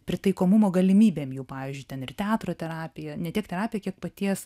pritaikomumo galimybėm jau pavyzdžiui ten ir teatro terapija ne tik trapia kiek paties